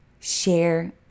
share